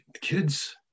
kids